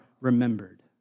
remembered